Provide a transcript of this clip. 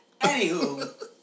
Anywho